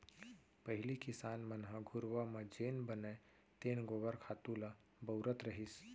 पहिली किसान मन ह घुरूवा म जेन बनय तेन गोबर खातू ल बउरत रहिस